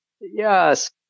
yes